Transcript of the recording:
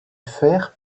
fer